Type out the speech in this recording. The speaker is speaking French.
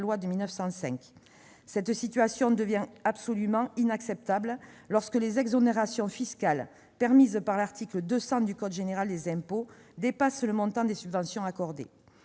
loi de 1905. Oui ! Cette situation devient absolument inacceptable lorsque les exonérations fiscales permises par l'article 200 du code général des impôts dépassent le montant des subventions accordées.